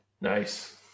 Nice